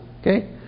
okay